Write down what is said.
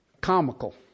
comical